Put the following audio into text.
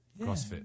CrossFit